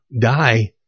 die